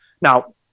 Now